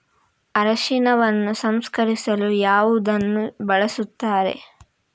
ಅರಿಶಿನವನ್ನು ಸಂಸ್ಕರಿಸಲು ಯಾವುದನ್ನು ಬಳಸುತ್ತಾರೆ?